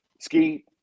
ski